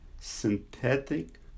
synthetic